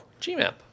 GMAP